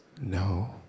No